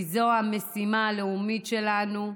כי זו המשימה הלאומית שלנו.